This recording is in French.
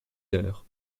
heures